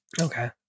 Okay